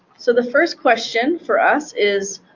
so the first question for us is,